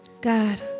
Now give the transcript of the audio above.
God